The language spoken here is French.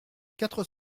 quatre